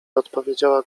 odpowiedziała